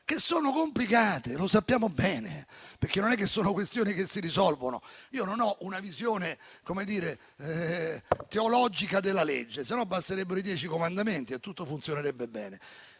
che sono complicate - lo sappiamo bene - perché non sono questioni che si risolvono facilmente. Io non ho una visione "teologica" della legge, altrimenti basterebbero i dieci comandamenti e tutto funzionerebbe bene.